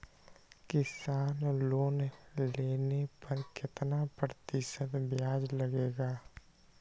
किसान लोन लेने पर कितना प्रतिशत ब्याज लगेगा?